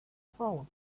phone